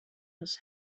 his